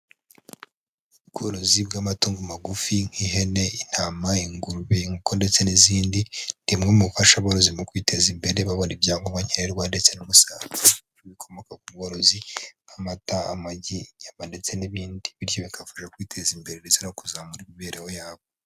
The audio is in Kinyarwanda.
Ubworozi bw'amatungo magufi, nk'ihene, intama, ingurube, inkoko ndetse n'izindi ni imwe mu bifasha aborozi mu kwiteza imbere babona ibyangombwa nkenerwa ndetse n'umusaruro bikomoka ku bworozi nk'amata, amagi, inyama ndetse n'ibindi, bityo bikabafasha kwiteza imbere ndetse no kuzamura imibereho yabo.